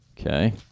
okay